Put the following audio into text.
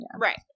Right